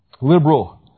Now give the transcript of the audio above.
liberal